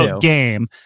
Game